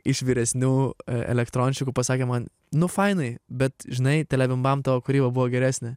iš vyresnių elektronščikų pasakė man nu fainai bet žinai telebimbam tavo kūryba buvo geresnė